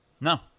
No